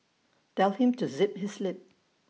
tell him to zip his lip